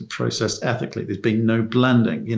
processed ethically, there's been no blending,